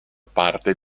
parte